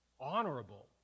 honorable